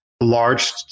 large